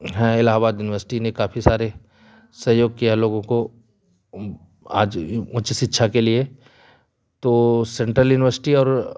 है इलाहाबाद यूनिवर्सिटी ने काफ़ी सारे सहयोग किया लोगों को आज उच्च शिक्षा के लिए तो सेंट्रल यूनिवर्सिटी और